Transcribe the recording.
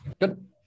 good